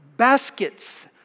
baskets